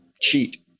cheat